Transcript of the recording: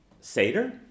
Seder